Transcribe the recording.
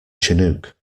chinook